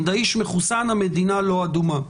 האיש מחוסן, המדינה לא אדומה.